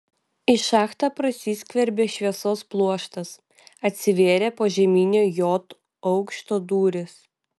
į šachtą prasiskverbė šviesos pluoštas atsivėrė požeminio j aukšto durys